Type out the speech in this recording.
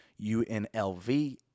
UNLV